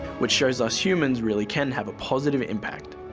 which shows us humans really can have a positive impact,